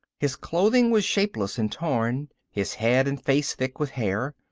his clothing was shapeless and torn, his head and face thick with hair.